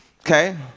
Okay